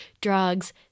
drugs